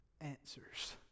answers